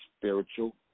spiritual